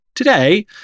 today